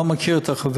אני לא מכיר את החוברת,